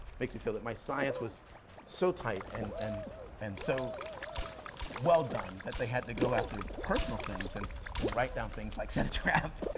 makes me feel that my science was so tight and and and so well done that they had to go after personal things and and write down things like set a trap.